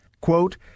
Quote